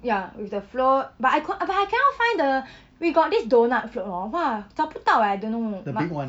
ya with the float but I cou~ but I cannot find the we got this donut float hor !wah! 找不到 eh I don't know 妈